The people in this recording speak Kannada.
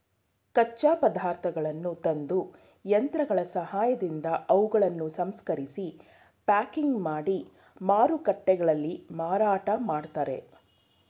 ಕಚ್ಚಾ ಪದಾರ್ಥಗಳನ್ನು ತಂದು, ಯಂತ್ರಗಳ ಸಹಾಯದಿಂದ ಅವುಗಳನ್ನು ಸಂಸ್ಕರಿಸಿ ಪ್ಯಾಕಿಂಗ್ ಮಾಡಿ ಮಾರುಕಟ್ಟೆಗಳಲ್ಲಿ ಮಾರಾಟ ಮಾಡ್ತರೆ